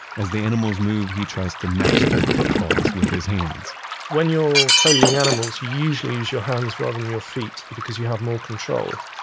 as the animals move, he tries to match their footfalls with his hands when you're foleying animals, you usually use your hands rather than your feet because you have more control.